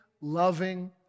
loving